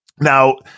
Now